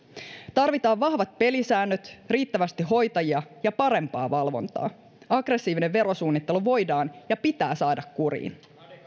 tarvitaan vahvat pelisäännöt riittävästi hoitajia ja parempaa valvontaa aggressiivinen verosuunnittelu voidaan ja pitää saada kuriin